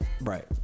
Right